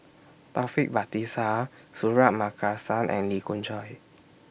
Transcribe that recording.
Taufik Batisah Suratman Markasan and Lee Khoon Choy